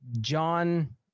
John